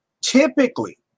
typically